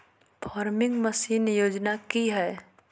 Farming machine योजना कि हैय?